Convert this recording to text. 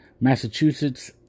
Massachusetts